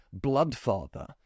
Bloodfather